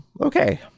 okay